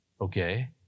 Okay